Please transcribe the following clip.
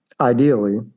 ideally